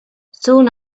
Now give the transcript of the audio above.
soon